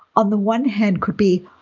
on the one hand could be,